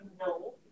no